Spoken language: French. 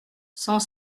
cent